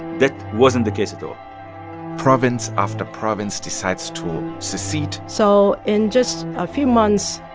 that wasn't the case at all province after province decides to secede so in just a few months,